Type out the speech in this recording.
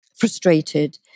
frustrated